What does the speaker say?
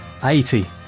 80